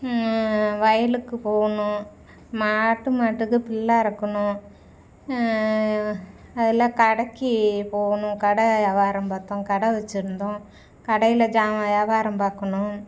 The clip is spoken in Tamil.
வயலுக்கு போகணும் மாட்டு மாட்டுக்கு புல்ல அறுக்கணும் அதெலாம் கடைக்கி போகணும் கடை வியாபாரம் பார்த்தோம் கடை வைச்சிருந்தோம் கடையில் ஜாமான் வியாபாரம் பார்க்கணும்